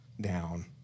down